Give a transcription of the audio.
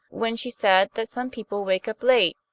when she said that some people wake up late,